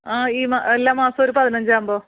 ആ ഈ എല്ലാ മാസവും ഒരു പതിനഞ്ച് ആകുമ്പോൾ